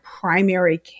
primary